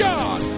God